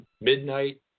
midnight